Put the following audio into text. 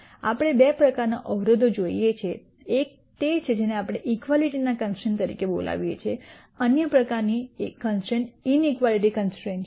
આપણે બે પ્રકારનાં અવરોધો જોઈએ છીએ એક તે છે જેને આપણે ઇક્વાલિટી ના કન્સ્ટ્રૈન્ટ તરીકે બોલાવીએ છીએ અન્ય પ્રકારની કન્સ્ટ્રૈન્ટ ઇનિક્વાલિટી કન્સ્ટ્રૈન્ટ છે